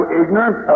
ignorant